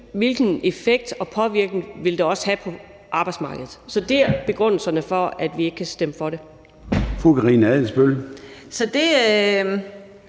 hvilken effekt og påvirkning det ville have på arbejdsmarkedet. Så det er begrundelserne for, at vi ikke kan stemme for det. Kl. 18:00